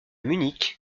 munich